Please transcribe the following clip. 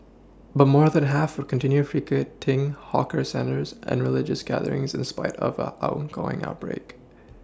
but more than the half continue frequenting hawker centres and religious gatherings in spite of are ongoing outbreak